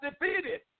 defeated